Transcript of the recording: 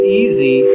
easy